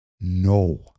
No